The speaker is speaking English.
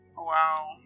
Wow